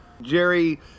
Jerry